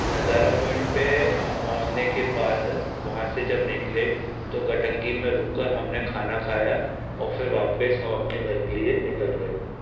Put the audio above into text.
नज़ारा पॉइंट पे हम पहुँचने के बाद वहाँ से जब निकले तो कटंगी में रुक कर हमने खाना खाया और फिर वापस हम अपने घर के लिए निकल गए